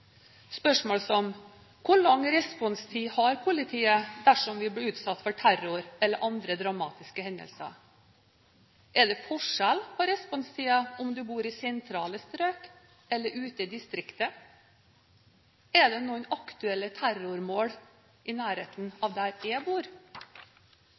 spørsmål som: Hvor lang responstid har politiet dersom vi blir utsatt for terror eller andre dramatiske hendelser? Er det forskjell på responstiden om man bor i sentrale strøk eller ute i distriktene? Er det noen aktuelle terrormål i nærheten